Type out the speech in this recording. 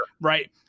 right